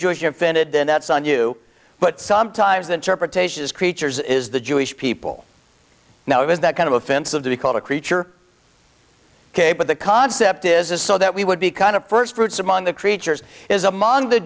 jewish offended then that's on you but sometimes the interpretation is creatures is the jewish people now is that kind of offensive to be called a creature ok but the concept is so that we would be kind of firstfruits among the creatures is among the